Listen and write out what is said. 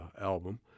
album